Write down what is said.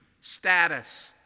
status